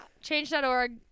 Change.org